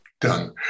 done